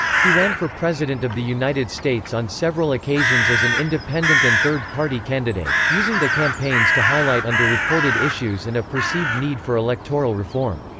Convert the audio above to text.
he ran for president of the united states on several occasions as an independent and third party candidate, using the campaigns to highlight under-reported issues and a perceived need for electoral reform.